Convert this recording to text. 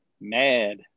mad